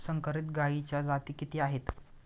संकरित गायीच्या जाती किती आहेत?